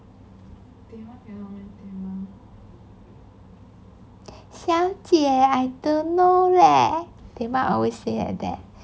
小姐 I don't know leh tehma always say like that